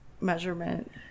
measurement